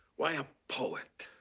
why a poet?